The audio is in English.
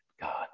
God